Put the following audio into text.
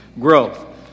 growth